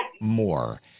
more